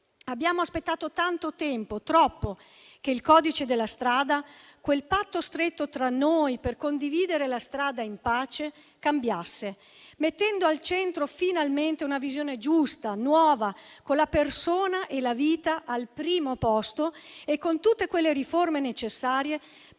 Abbiamo aspettato tanto tempo, troppo, che il codice della strada, quel patto stretto tra noi per condividere la strada in pace, cambiasse mettendo al centro finalmente una visione giusta, nuova, con la persona e la vita al primo posto e con tutte quelle riforme necessarie